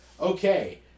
Okay